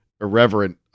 irreverent